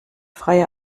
freie